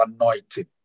anointing